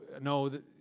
no